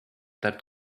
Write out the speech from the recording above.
that